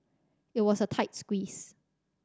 it was a tight squeeze